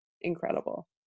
incredible